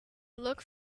looked